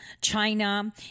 China